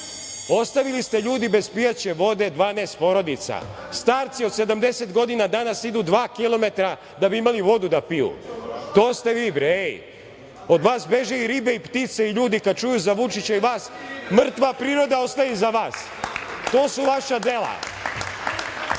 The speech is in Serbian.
Ostavili ste ljude bez pijaće vode, 12 porodica. Starci od 70 godina danas idu dva kilometara da bi imali vodu da piju. To ste vi, bre, ej. Od vas beže i ribe i ptice i ljudi. Kada čuju za Vučića i vas mrtva priroda ostaje iza vas. To su vaša dela.